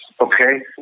okay